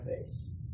face